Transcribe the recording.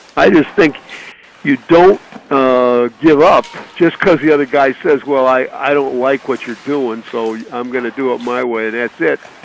i just think you don't give up just because the other guy says well, i i don't like what you're doing, so i'm going to do it my way, that's it.